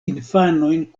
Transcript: infanojn